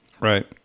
Right